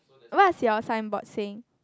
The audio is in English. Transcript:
what is your signboard saying